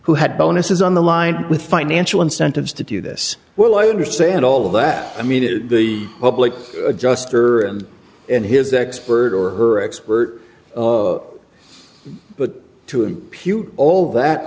who had bonuses on the line with financial incentives to do this well i understand all that i mean the public adjuster and his expert or her expert but to a pew all that